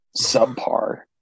Subpar